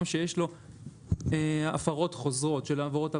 שיש לו הפרות חוזרות של עבירות תעבורה,